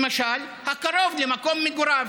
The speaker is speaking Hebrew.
למשל, הקרוב למקום מגוריו,